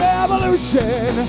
Revolution